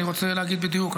אני רוצה להגיד בדיוק.